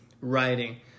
writing